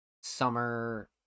summer